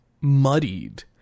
muddied